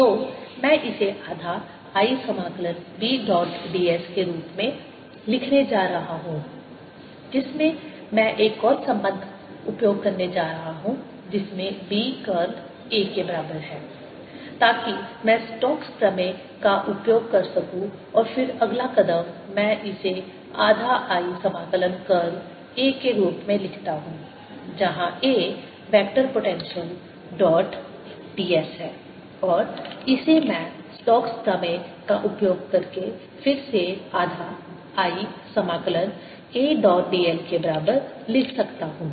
तो मैं इसे आधा I समाकलन B डॉट d s के रूप में लिखने जा रहा हूं जिसमें मैं एक और संबंध उपयोग करने जा रहा हूं जिसमें B कर्ल A के बराबर है ताकि मैं स्टोक्स प्रमेय का उपयोग कर सकूं और फिर अगला कदम मैं इसे आधा I समाकलन कर्ल A के रूप में लिखता हूँ जहां A vector potential dot ds है और इसे मैं स्टोक्स प्रमेय का उपयोग करके फिर से आधा I समाकलन A डॉट dl के बराबर लिख सकता हूं